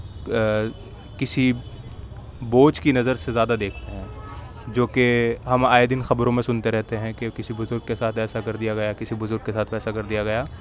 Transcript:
کسی بوجھ کی نظر سے زیادہ دیکھتے ہیں جو کہ ہم آئے دن خبروں میں سنتے رہتے ہیں کہ کسی بزرک کے ساتھ ایسا کر دیا گیا کسی بزرگ کے ساتھ ویسا کر دیا گیا